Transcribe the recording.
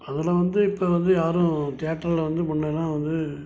அதில் வந்து இப்போ வந்து யாரும் தேயேட்டர்ல வந்து முன்னெல்லாம் வந்து